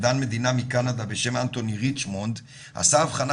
מדען מדינה מקנדה בשם אנטוני ריצ'מונד עשה אבחנה